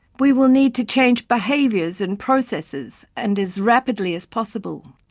we will need to change behaviours and processes and as rapidly as possible.